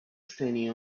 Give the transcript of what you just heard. standing